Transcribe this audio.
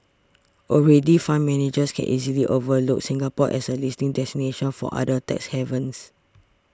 already fund managers can easily overlook Singapore as a listing destination for other tax havens